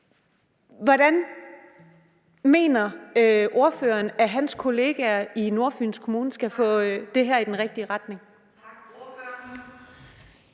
Hvordan mener ordføreren at hans kollegaer i Nordfyns Kommune skal få det her i den rigtige retning?